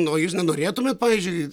o jūs nenorėtumėt pavyzdžiui